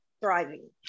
thriving